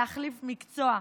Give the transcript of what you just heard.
להחליף מקצוע.